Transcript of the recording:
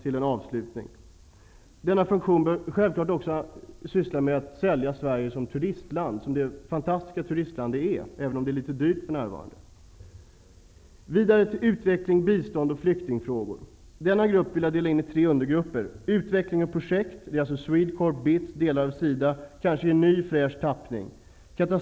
Inom utrikeshandelsfunktionen bör man självfallet också ägna sig åt att sälja Sverige som det fantastiska turistland det är, även om det är litet dyrt för närvarande. Huvudområdet Utveckling flyktingfrågor vill jag dela upp i tre undergrupper: - Utveckling/projekt - Swedecorp, BITS och delar av SIDA, kanske i en ny och fräsch tappning.